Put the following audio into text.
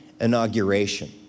inauguration